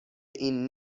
این